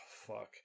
Fuck